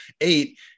eight